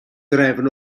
drefn